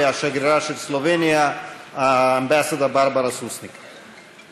והשגרירה של סלובניהAmbassador Barbara Susnik ,.